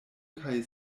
kaj